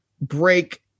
break